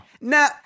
Now